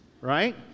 right